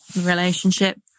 relationship